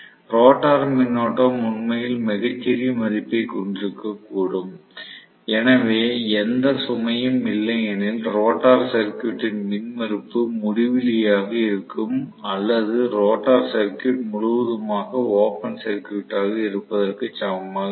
rotor மின்னோட்டம் உண்மையில் மிகச் சிறிய மதிப்பைக் கொண்டிருக்கக்கூடும் எனவே எந்த சுமையும் இல்லையெனில் ரோட்டார் சர்க்யூட்டின் மின்மறுப்பு முடிவிலி ஆக இருக்கும் அல்லது ரோட்டார் சர்க்யூட் முழுவதுமாக ஓபன் சர்க்யூட்டாக இருப்பதற்கு சமமாக இருக்கும்